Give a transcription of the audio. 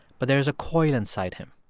but there is a coil inside him.